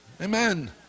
Amen